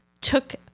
took